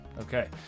Okay